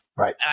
Right